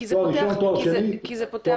תואר ראשון, תואר שני ודוקטורט